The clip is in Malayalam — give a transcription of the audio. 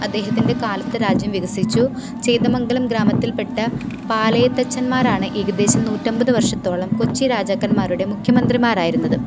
അദ്ദേഹത്തിൻ്റെ കാലത്ത് രാജ്യം വികസിച്ചു ചെയ്തമംഗലം ഗ്രാമത്തിൽപ്പെട്ട പാലയത്തച്ചന്മാരാണ് ഏകദേശം നൂറ്റമ്പത് വർഷത്തോളം കൊച്ചി രാജാക്കന്മാരുടെ മുഖ്യമന്ത്രിമാരായിരുന്നത്